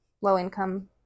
low-income